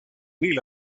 mil